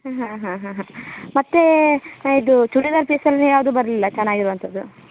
ಹಾಂ ಹಾಂ ಹಾಂ ಹಾಂ ಮತ್ತೆ ಇದು ಚೂಡಿದಾರ್ ಪೀಸಲ್ಲಿ ಯಾವುದೂ ಬರಲಿಲ್ಲ ಚೆನ್ನಾಗಿರುವಂಥದ್ದು